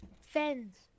fans